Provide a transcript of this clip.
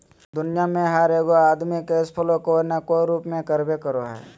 दुनिया में हर एगो आदमी कैश फ्लो कोय न कोय रूप में करबे करो हइ